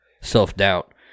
self-doubt